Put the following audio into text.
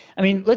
i mean, but